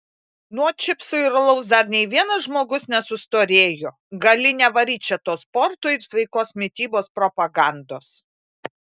nuo čipsų ir alaus dar nei vienas žmogus nesustorėjo gali nevaryt čia tos sporto ir sveikos mitybos propagandos